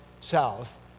south